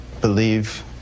believe